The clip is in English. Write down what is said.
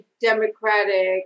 democratic